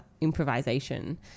improvisation